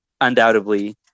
undoubtedly